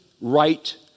right